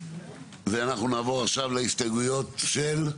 ואנחנו נעבור עכשיו להסתייגויות של?